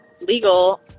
legal